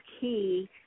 key